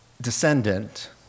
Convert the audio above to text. descendant